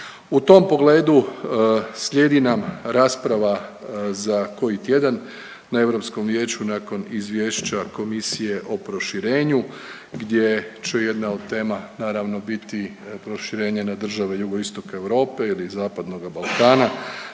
U tom pogledu slijedi nam rasprava za koji tjedan na Europskom vijeću nakon Izvješća Komisije o proširenju, gdje će jedna od tema naravno biti proširenje na države jugoistok Europe ili zapadnoga Balkana.